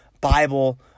Bible